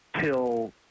till